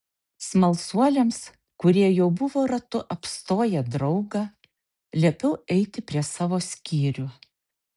smalsuoliams kurie jau buvo ratu apstoję draugą liepiau eiti prie savo skyrių